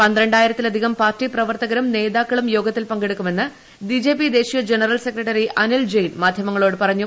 പന്ത്രണ്ടായിരത്തിലധികം party പ്രവർത്തകരും നേതാക്കളും യോഗത്തിൽ പങ്കെടുക്കുമെന്ന് ബിജെപി ദേശീയ ജനറൽ സെക്രട്ടറി അനിൽ ജയിൻ മാധ്യമങ്ങളോട് പറഞ്ഞു